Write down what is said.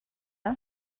who